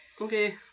Okay